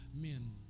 men